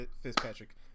Fitzpatrick